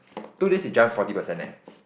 two days it jump forty percent eh